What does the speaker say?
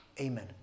Amen